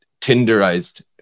tinderized